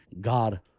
God